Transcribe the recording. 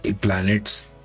planet's